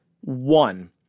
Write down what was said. one